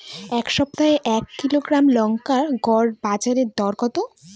এই সপ্তাহে এক কিলোগ্রাম লঙ্কার গড় বাজার দর কত?